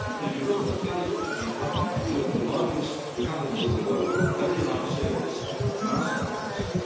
and if you look at the figures which are being published by two of the largest companies in the world, with very large series of mass models,